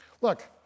Look